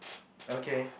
okay